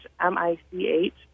M-I-C-H